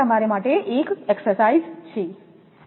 આ તમારા માટે એક એકસરસાઈસ છે